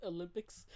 Olympics